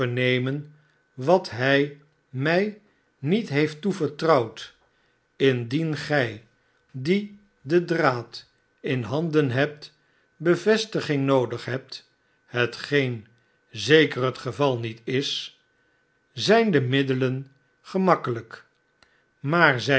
vernemen wat hij mij niet heeft toevertrouwd indien gij die den draad in handen hebt bevestiging noodig hebt hetgeen zeker het geval niet is zijn de middelen gemakkelijk maar zeide